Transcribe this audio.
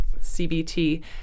cbt